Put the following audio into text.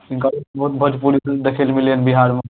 हिनकर बहुत भोजपुरी फिल्म देखै लेल मिललैहँ बिहारमे